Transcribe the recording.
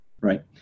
Right